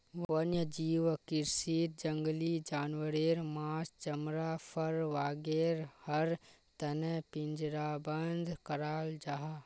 वन्यजीव कृषीत जंगली जानवारेर माँस, चमड़ा, फर वागैरहर तने पिंजरबद्ध कराल जाहा